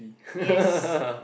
yes